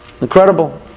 Incredible